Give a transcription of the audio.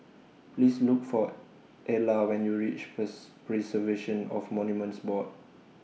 Please Look For Ela when YOU REACH Preservation of Monuments Board